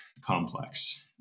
complex